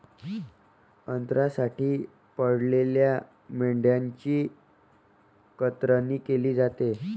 अन्नासाठी पाळलेल्या मेंढ्यांची कतरणी केली जाते